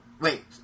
Wait